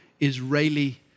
Israeli